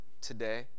today